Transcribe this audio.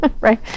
Right